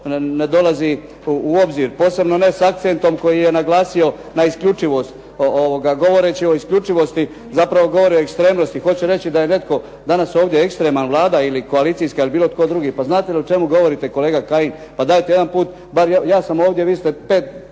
ne dolazi u obzir. Posebno ne s akcentom koji je naglasio na isključivost, govoreći o isključivosti zapravo govori o ekstremnosti. Hoće reći da je netko danas ovdje ekstreman, Vlada ili koalicijska ili bilo tko drugi. Pa znate li o čemu govorite kolega Kajin? Pa dajte jedan put. Ja sam ovdje, a vi ste pet